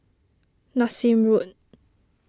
Nassim Road